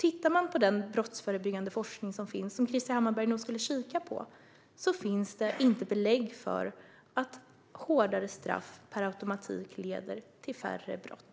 I den forskning om brottsförebyggande som finns och som Krister Hammarbergh nog borde kika på finns det inte belägg för att hårdare straff per automatik leder till färre brott.